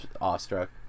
awestruck